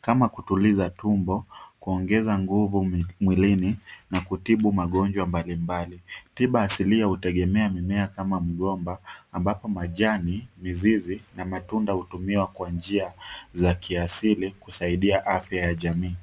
kama: kutuliza tumbo, kuongeza nguvu mwilini na kutibu magonjwa mbali mbali. Tiba asilia hutegemea mmea kama mgomba, ambapo majani, mizizi na matunda hutumiwa kwa njia za kiasili kusaidia afya ya jamii.